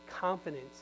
confidence